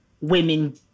women